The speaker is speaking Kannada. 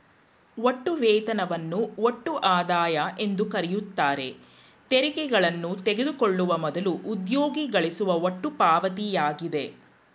ಒಟ್ಟು ವೇತನವನ್ನು ಒಟ್ಟು ಆದಾಯ ಎಂದುಕರೆಯುತ್ತಾರೆ ತೆರಿಗೆಗಳನ್ನು ತೆಗೆದುಕೊಳ್ಳುವ ಮೊದಲು ಉದ್ಯೋಗಿ ಗಳಿಸುವ ಒಟ್ಟು ಪಾವತಿಯಾಗಿದೆ